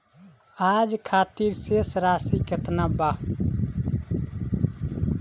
आज खातिर शेष राशि केतना बा?